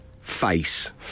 ..face